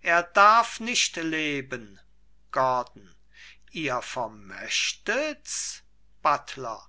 er darf nicht leben gordon ihr vermöchtets buttler